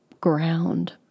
ground